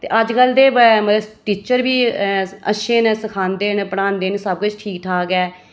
ते अज्ज कल दे टीचर बी अच्छे न सखांदे न पढ़ांदे सब किश ठीक ठाक ऐ